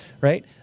right